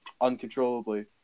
uncontrollably